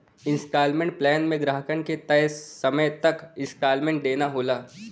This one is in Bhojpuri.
इन्सटॉलमेंट प्लान में ग्राहकन के तय समय तक इन्सटॉलमेंट देना होला